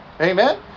Amen